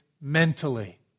mentally